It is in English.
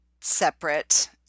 separate